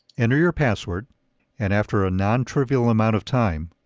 enter your password and after a non-trivial amount of time,